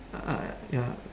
ah ya